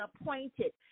appointed